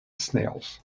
snails